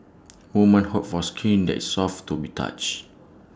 woman hope for skin that is soft to be touch